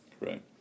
right